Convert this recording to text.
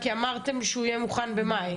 כי בדיון הקודם אמרתם שהוא יהיה מוכן במאי.